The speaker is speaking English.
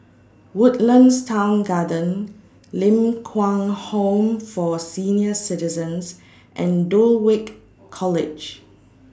Woodlands Town Garden Ling Kwang Home For Senior Citizens and Dulwich College